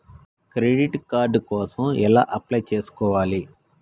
Credit card కోసం ఎలా apply చేసుకోవాలి?